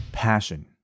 passion